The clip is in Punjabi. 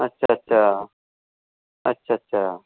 ਅੱਛਾ ਅੱਛਾ ਅੱਛਾ ਅੱਛਾ